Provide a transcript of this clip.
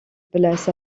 place